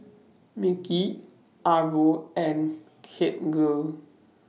Mickie Arvo and